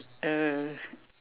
uh